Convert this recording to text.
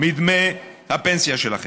מדמי הפנסיה שלכם.